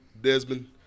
Desmond